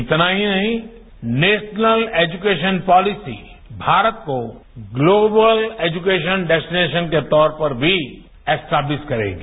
इतना ही नहीं नेरानल एजुकेशन पॉलिसी भारत को ग्लोबल एजुकेशन डेस्टीनेशन के तौर पर भी इस्टेब्लिस करेगी